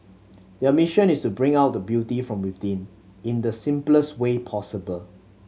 their mission is to bring out the beauty from within in the simplest way possible